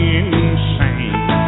insane